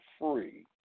free